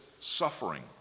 suffering